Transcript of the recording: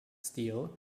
steel